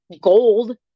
gold